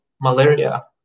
malaria